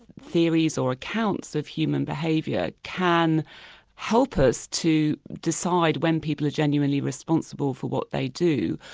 theories or accounts of human behaviour, can help us to decide when people are genuinely responsible for what they do,